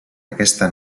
aquesta